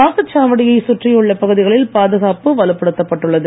வாக்குச் சாவடியை சுற்றியுள்ள பகுதிகளில் பாதுகாப்பு வலுப்படுத்தப்பட்டுள்ளது